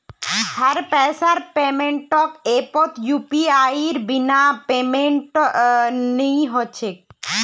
हर पैसार पेमेंटक ऐपत यूपीआईर बिना पेमेंटेर नइ ह छेक